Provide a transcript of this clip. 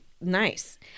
nice